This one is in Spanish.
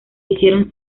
hicieron